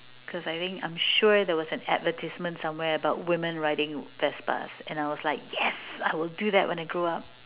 cause I think I am sure there was advertisement somewhere about women riding vespas and I was like yes I will do that when I grow up